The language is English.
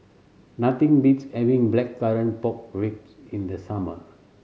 nothing beats having Blackcurrant Pork Ribs in the summer